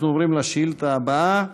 אנחנו עוברים לשאילתה הבאה,